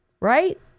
right